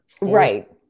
right